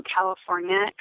California